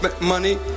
money